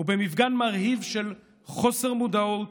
במפגן מרהיב של חוסר מודעות,